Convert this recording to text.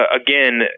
again